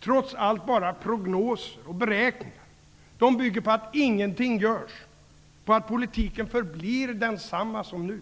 trots allt bara prognoser och beräkningar. De bygger på att ingenting görs, på att politiken förblir densamma som nu.